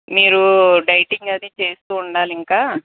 మీరూ డైటింగ్ అది చేస్తూ ఉండాలి ఇంక